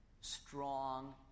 strong